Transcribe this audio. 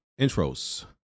Intros